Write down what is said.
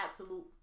absolute